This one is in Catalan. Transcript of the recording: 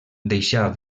deixà